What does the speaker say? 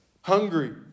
hungry